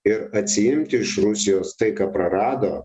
ir atsiimti iš rusijos tai ką prarado